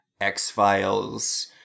X-Files